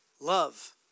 love